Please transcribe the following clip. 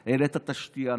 אתה העלית את השתייה,